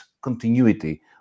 continuity